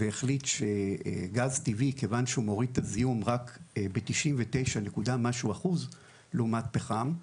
והחליט שגז טבעי כיוון שהוא מוריד את הזיהום רק ב-99% לעומת פחם,